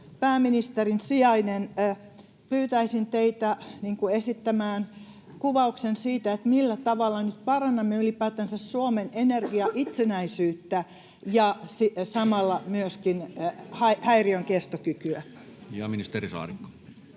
pääministerin sijainen, pyytäisin teitä esittämään kuvauksen siitä, millä tavalla nyt parannamme ylipäätänsä Suomen energiaitsenäisyyttä ja samalla myöskin häiriönkestokykyä. Ja ministeri Saarikko.